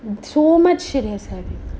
and so much shit has happened